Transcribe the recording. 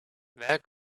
there